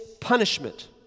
punishment